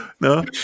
No